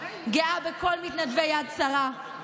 גאה בכל מתנדבי יד שרה,